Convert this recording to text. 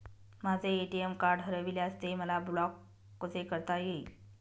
माझे ATM card हरविल्यास ते मला ब्लॉक कसे करता येईल?